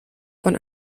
von